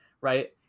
right